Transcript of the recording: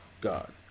god